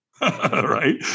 Right